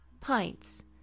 pints